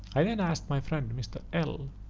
i then asked my friend, mr. l